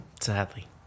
Sadly